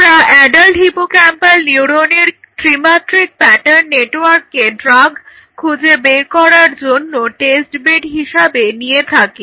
আমরা adult hippocampal নিউরনের ত্রিমাত্রিক প্যাটার্ন নেটওয়ার্ককে ড্রাগ খুঁজে বার করার জন্য টেস্ট বেড হিসাবে নিয়ে থাকি